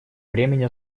времени